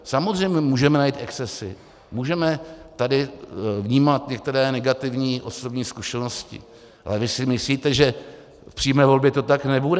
Samozřejmě můžeme najít excesy, můžeme tady vnímat některé negativní osobní zkušenosti, ale vy si myslíte, že v přímé volbě to tak nebude?